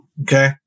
Okay